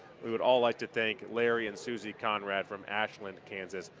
we would all like to thank larry and susie conrad from ashland, kansas,